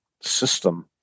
system